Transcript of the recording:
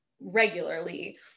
regularly